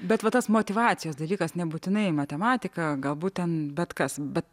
bet va tas motyvacijos dalykas nebūtinai matematika galbūt ten bet kas bet